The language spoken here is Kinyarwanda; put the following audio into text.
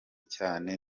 cyane